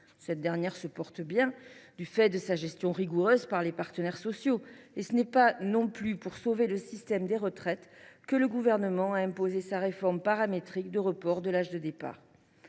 cette dernière se porte bien, du fait de sa gestion rigoureuse par les partenaires sociaux. Et ce n’est pas non plus pour sauver le système des retraites que le Gouvernement a imposé sa réforme paramétrique de report de l’âge de départ.